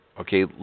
okay